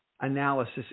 analysis